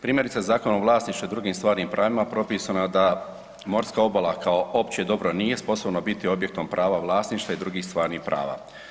Primjerice, Zakon o vlasništvu i drugim stvarnim pravima propisano je da morska obala kao opće dobro nije sposobno biti objektom prava vlasništva i drugih stvarnih prava.